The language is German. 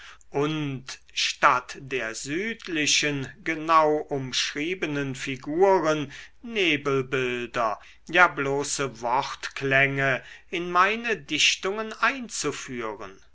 und statt der südlichen genau umschriebenen figuren nebelbilder ja bloße wortklänge in meine dichtungen einzuführen